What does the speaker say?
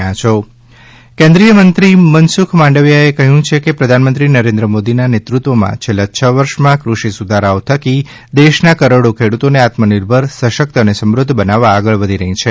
મનસુખ માંડવિયા કેન્દ્રીય મંત્રી મનસુખભાઈ માંડવીયાએ કહ્યું છે કે પ્રધાનમંત્રી નરેન્દ્ર મોદીના નેતૃત્વમાં છેલ્લા છ વર્ષમાં કૃષિ સુધારાઓ થકી દેશના કરોડો ખેડૂતોને આત્મનિર્ભર સશક્ત અને સમૃદ્ધ બનાવવા આગળ વધી રહી છે